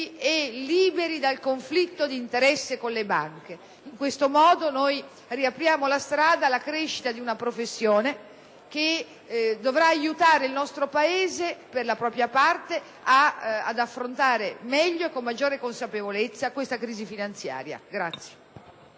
e liberi dal conflitto d'interesse con le banche. In questo modo riapriamo la strada alla crescita di una professione che dovrà aiutare il nostro Paese, per la propria parte, ad affrontare meglio e con maggiore consapevolezza l'attuale crisi finanziaria.